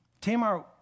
Tamar